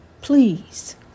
Please